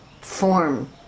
form